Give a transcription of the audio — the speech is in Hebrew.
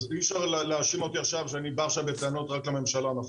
אז אי אפשר להאשים אותי עכשיו שאני בא עכשיו בטענות רק לממשלה הנוכחית.